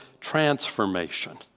transformation